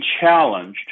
challenged